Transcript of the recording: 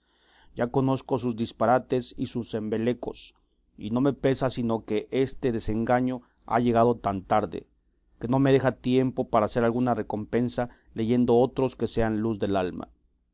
ya conozco sus disparates y sus embelecos y no me pesa sino que este desengaño ha llegado tan tarde que no me deja tiempo para hacer alguna recompensa leyendo otros que sean luz del alma